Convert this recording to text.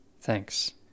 Thanks